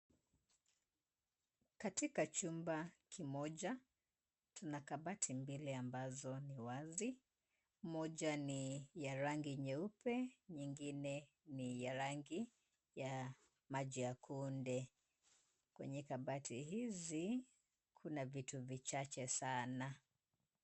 Katika chumba kimoja, tuna kabati mbili ambazo ni wazi. Moja ni ya rangi nyeupe, nyingine ni ya rangi ya maji ya kunde. Kwenye kabati hizi kuna vitu vichache sana.